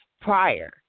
prior